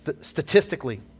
statistically